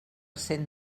cent